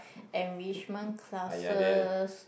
enrichment classes